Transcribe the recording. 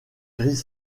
gris